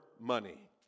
money